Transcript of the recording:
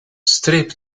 streep